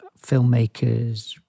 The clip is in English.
filmmakers